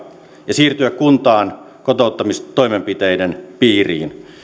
ja siirtyä kuntaan kotouttamistoimenpiteiden piiriin